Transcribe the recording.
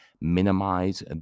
minimize